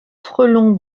frelon